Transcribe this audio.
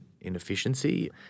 inefficiency